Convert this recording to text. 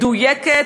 מדויקת,